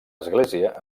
església